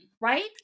right